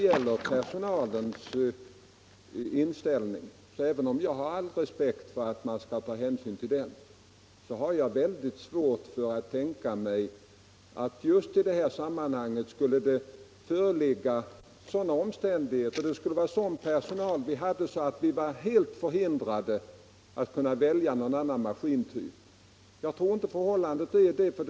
Om parlamentarisk Även om jag känner all respekt för att man skall ta hänsyn till per — kontroll av sonalens inställning har jag väldigt svårt att tänka mig att den skulle = statsverkets vara sådan att vi var helt förhindrade att välja någon annan maskintyp. = datorköp Jag tror inte att förhållandet är sådant.